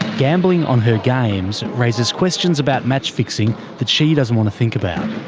gambling on her games raises questions about match fixing that she doesn't want to think about.